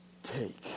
Take